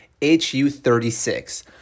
HU36